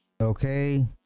Okay